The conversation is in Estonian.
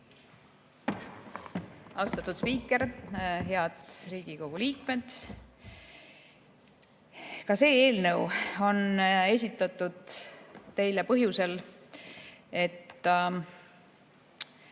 Austatud spiiker! Head Riigikogu liikmed! Ka see eelnõu on esitatud teile põhjusel, et